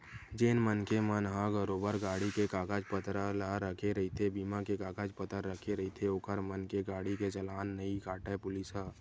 जेन मनखे मन ह बरोबर गाड़ी के कागज पतर ला रखे रहिथे बीमा के कागज पतर रखे रहिथे ओखर मन के गाड़ी के चलान ला नइ काटय पुलिस ह